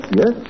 yes